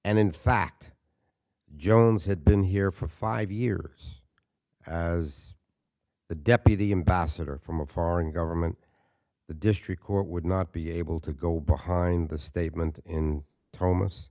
and in fact jones had been here for five years as the deputy ambassador from a foreign government the district court would not be able to go behind the statement in t